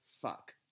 fuck